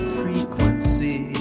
frequency